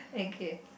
okay